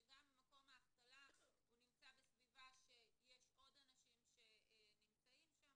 שגם אם מקום ההחתלה נמצא בסביבה שעוד אנשים נמצאים שם,